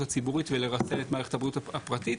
הציבורית ולרסן את מערכת הבריאות הפרטית.